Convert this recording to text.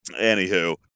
anywho